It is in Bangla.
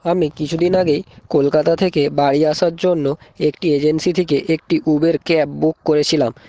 আমি কিছু দিন আগেই কলকাতা থেকে বাড়ি আসার জন্য একটি এজেন্সি থেকে একটি উবের ক্যাব বুক করেছিলাম